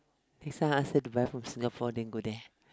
next time ask her to buy from Singapore then go there